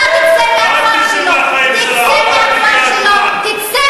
אתה תצא מהכפר שלו, תצא מהחיים שלו.